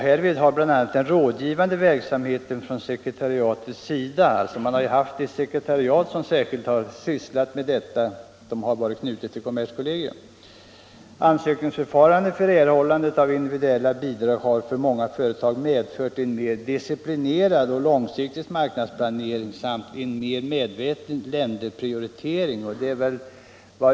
Härvid har bl.a. den rådgivande verksamheten från sekretariatets sida — det har ju funnits ett sekretariat knutet till kommerskollegium som särskilt sysslat med detta — varit av vikt. Ansökningsförfarandet för erhållande av individuella bidrag har för många företag medfört en mer disciplinerad och långsiktig marknadsplanering samt en mer medveten länderprioritering.